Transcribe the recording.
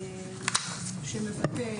נייר שמבטא